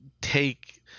take